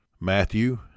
Matthew